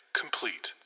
complete